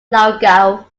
logo